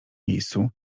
miejscu